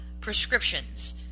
prescriptions